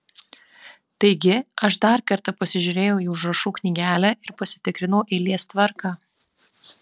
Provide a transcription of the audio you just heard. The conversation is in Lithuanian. taigi aš dar kartą pasižiūrėjau į užrašų knygelę ir pasitikrinau eilės tvarką